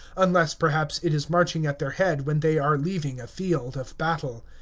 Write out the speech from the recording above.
unless, perhaps, it is marching at their head when they are leaving a field of battle.